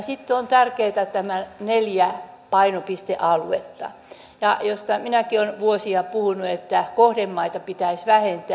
sitten ovat tärkeitä nämä neljä painopistealuetta ja se josta minäkin olen vuosia puhunut että kohdemaita pitäisi vähentää